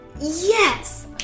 Yes